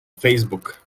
facebook